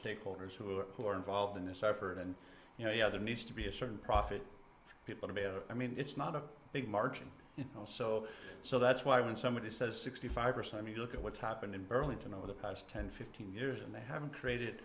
stakeholders who are who are involved in this effort and you know yeah there needs to be a certain profit for people to be i mean it's not a big margin you know so so that's why when somebody says sixty five or so i mean look at what's happened in burlington over the past ten fifteen years and they haven't created